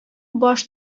баш